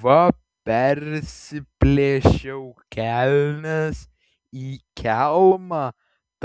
va persiplėšiau kelnes į kelmą